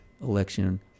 election